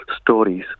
stories